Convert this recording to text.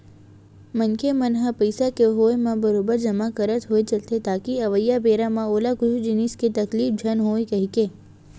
मनखे मन ह पइसा के होय म बरोबर जमा करत होय चलथे ताकि अवइया बेरा म ओला कुछु जिनिस के तकलीफ झन होवय कहिके